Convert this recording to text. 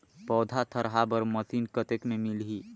पौधा थरहा बर मशीन कतेक मे मिलही?